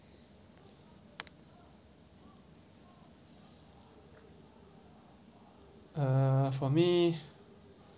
uh for me